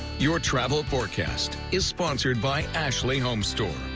your travel forecast is sponsored by ashley homestore.